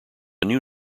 new